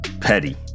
petty